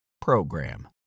program